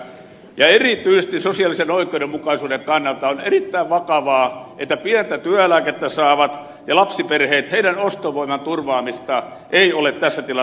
ja erityisesti sosiaalisen oikeudenmukaisuuden kannalta on erittäin vakavaa että pientä työeläkettä saavien ja lapsiperheiden ostovoiman turvaamista ei ole tässä tilanteessa varmistettu